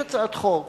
יש הצעת חוק,